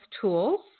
tools